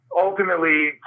ultimately